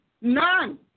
None